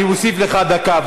אני מוסיף לך דקה.